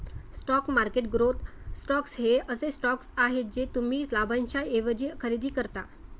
stock market growth stocks हे असे stocks आहेत जे तुम्ही लाभांशाऐवजी खरेदी करता